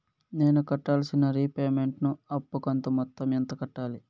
నేను కట్టాల్సిన రీపేమెంట్ ను అప్పు కంతు మొత్తం ఎంత కట్టాలి?